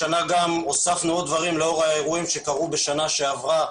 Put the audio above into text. השנה הוספנו עוד דברים לאור האירועים שקרו בשנה שעברה